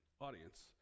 audience